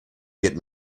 get